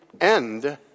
end